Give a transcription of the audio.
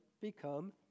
become